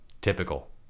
Typical